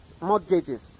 mortgages